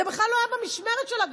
זה בכלל לא היה במשמרת שלה.